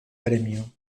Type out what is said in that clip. premio